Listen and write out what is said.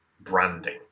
branding